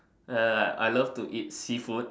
uh I love to eat seafood